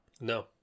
No